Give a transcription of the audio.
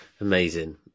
Amazing